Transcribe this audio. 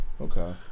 Okay